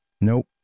Nope